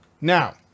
Now